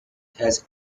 has